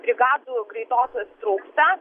brigadų greitosios trūksta